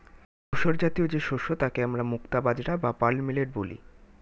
ধূসরজাতীয় যে শস্য তাকে আমরা মুক্তা বাজরা বা পার্ল মিলেট বলি